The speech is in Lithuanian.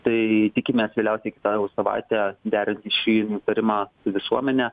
tai tikimės vėliausiai kitą jau savaitę derinti šį nutarimą su visuomene